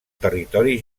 territori